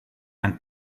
and